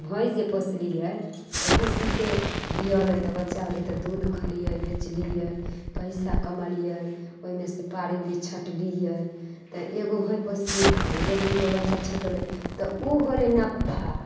भैँस जे पोसलियै तऽ भैँसीके बिएलै तऽ बच्चा भेलै तऽ दूध खेलियै बेचलियै पैसा कमेलियै ओहिमे सँ पाड़ि उड़ि छँटलियै तऽ एगो भैँस पोसलियै दूगो तीनगो बच्चा छँटेले तऽ उ भेलै नफा